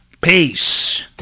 Peace